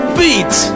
beat